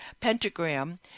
pentagram